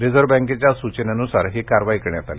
reserve बँकेच्या सूचनेनुसार ही कारवाई करण्यात आली